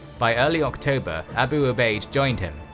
by early october abu ubaid joined him,